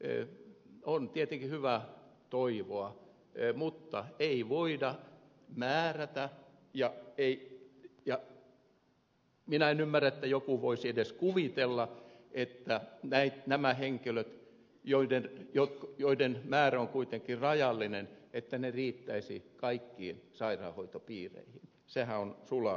toivoo on tietenkin hyvä toivoa mutta ei voida määrätä ja minä en ymmärrä että joku voisi edes kuvitella että nämä henkilöt joiden määrä on kuitenkin rajallinen että ne riittäisi kaikkien sairaanhoitopiirien riittäisivät kaikkiin sairaanhoitopiireihin